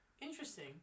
Interesting